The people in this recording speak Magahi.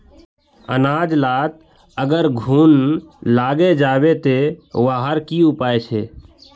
अनाज लात अगर घुन लागे जाबे ते वहार की उपाय छे?